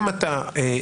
אם אתה חושב,